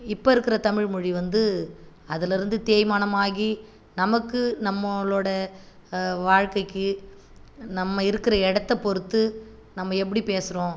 இப்போ இருக்கிற தமிழ்மொழி வந்து அதுலருந்து தேய்மானம் ஆகி நமக்கு நம்மளோட வாழ்க்கைக்கு நம்ம இருக்கிற இடத்தப் பொறுத்து நம்ப எப்படி பேசுகிறோம்